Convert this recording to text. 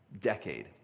decade